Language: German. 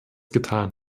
getan